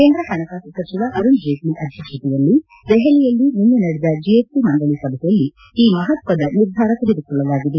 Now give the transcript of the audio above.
ಕೇಂದ್ರ ಪಣಕಾಸು ಸಚಿವ ಅರುಣ್ ಜೇಟ್ಲ ಅಧ್ಯಕ್ಷತೆಯಲ್ಲಿ ದೆಹಲಿಯಲ್ಲಿ ನಿನ್ನೆ ನಡೆದ ಜಿಎಸ್ಟಿ ಮಂಡಳಿ ಸಭೆಯಲ್ಲಿ ಈ ಮಹತ್ವದ ನಿರ್ಧಾರ ತೆಗೆದುಕೊಳ್ಳಲಾಗಿದೆ